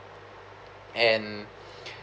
and